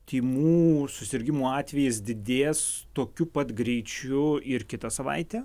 tymų susirgimo atvejis didės tokiu pat greičiu ir kitą savaitę